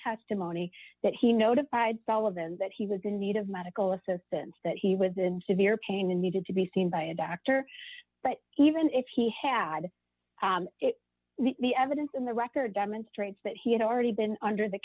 testimony that he notified by all of them that he was in need of medical assistance that he was in to their pain and needed to be seen by a doctor but even if he had it the evidence in the record demonstrates that he had already been under the